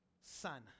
son